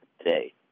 today